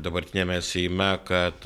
dabartiniame seime kad